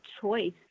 choice